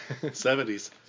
70s